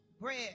Bread